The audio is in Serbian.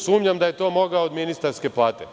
Sumnjam da je to mogao od ministarske plate.